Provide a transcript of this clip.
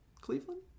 Cleveland